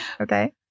Okay